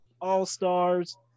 all-stars